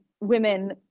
women